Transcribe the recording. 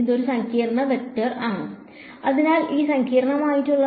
ഇത് ഒരു സങ്കീർണ്ണ വെക്റ്റർ ആണ് അതിനാൽ ഇത് സങ്കീർണ്ണമാണ്